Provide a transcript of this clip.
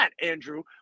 Andrew